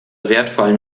wertvollen